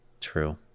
True